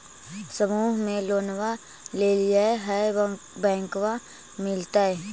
समुह मे लोनवा लेलिऐ है बैंकवा मिलतै?